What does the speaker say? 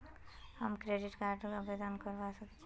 हम credit card आवेदन करवा संकोची?